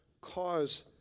cause